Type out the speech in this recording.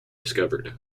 discovered